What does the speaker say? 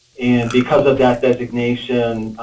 and because of that designation,